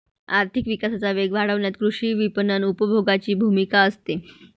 आर्थिक विकासाचा वेग वाढवण्यात कृषी विपणन उपभोगाची भूमिका असते